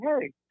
hey